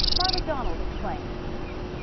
mara mcdonald explains.